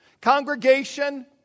Congregation